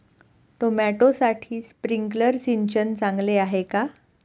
टोमॅटोसाठी स्प्रिंकलर सिंचन चांगले आहे का?